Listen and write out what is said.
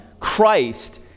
Christ